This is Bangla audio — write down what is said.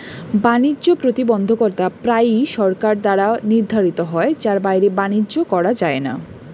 বাণিজ্য প্রতিবন্ধকতা প্রায়ই সরকার দ্বারা নির্ধারিত হয় যার বাইরে বাণিজ্য করা যায় না